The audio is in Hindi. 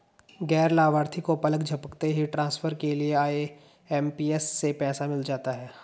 गैर लाभार्थी को पलक झपकते ही ट्रांसफर के लिए आई.एम.पी.एस से पैसा मिल जाता है